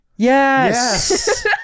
Yes